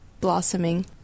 blossoming